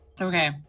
Okay